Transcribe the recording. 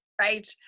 right